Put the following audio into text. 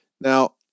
Now